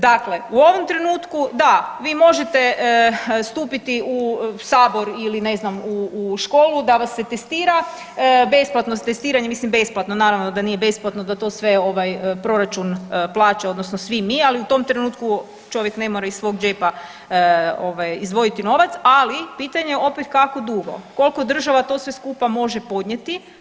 Dakle, u ovom trenutku da, vi možete stupiti u sabor ili ne znam u školu da vas se testira, besplatno testiranje, mislim besplatno, naravno da nije besplatno, da to sve ovaj proračun plaća odnosno svi mi, ali u tom trenutku čovjek ne mora iz svog džepa ovaj izdvojiti novac, ali pitanje je opet kako dugo, kolko država to sve skupa može podnijeti.